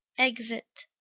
exit